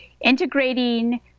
integrating